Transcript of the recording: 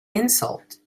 insult